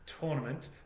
tournament